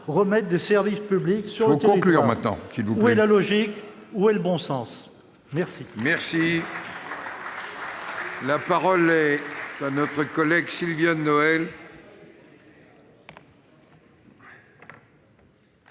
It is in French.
remettre des services publics sur le territoire ». Quelle est la logique ? Où est le bon sens ? La parole est à Mme Sylviane Noël.